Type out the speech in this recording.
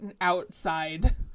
outside